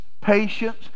patience